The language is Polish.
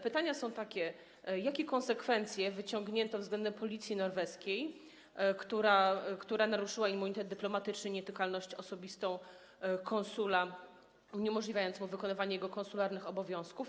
Pytania są następujące: Jakie konsekwencje wyciągnięto względem policji norweskiej, która naruszyła immunitet dyplomatyczny, nietykalność osobistą konsula, uniemożliwiając mu wykonywanie jego konsularnych obowiązków?